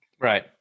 Right